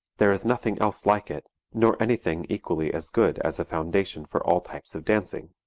there is nothing else like it nor anything equally as good as a foundation for all types of dancing,